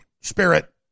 spirit